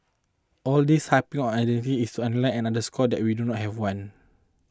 all this harping on identity is underline and underscore that we do not have one